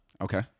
Okay